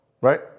right